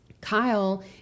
Kyle